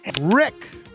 Rick